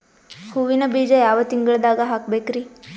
ಹೂವಿನ ಬೀಜ ಯಾವ ತಿಂಗಳ್ದಾಗ್ ಹಾಕ್ಬೇಕರಿ?